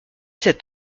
sept